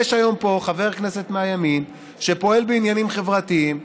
יש היום פה חבר כנסת מהימין שפועל בעניינים חברתיים,